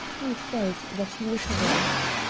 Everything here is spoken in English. i felt that he was right.